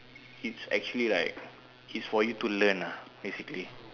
it's actually like it's for you to learn ah basically